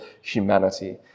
humanity